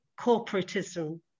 corporatism